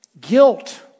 Guilt